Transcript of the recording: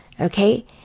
okay